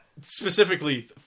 Specifically